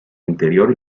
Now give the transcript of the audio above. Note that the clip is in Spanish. interior